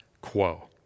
quo